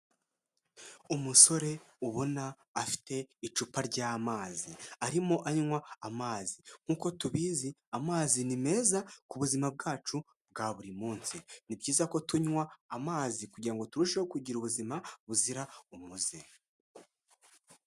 Umusore ubona afite icupa ry'amazi, arimo anywa amazi, nkuko tubizi amazi ni meza ku buzima bwacu bwa buri munsi, ni byiza ko tunywa amazi kugirango turusheho kugira ubuzima buzira umuze.